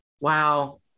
Wow